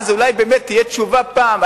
אז אולי באמת תהיה תשובה פעם,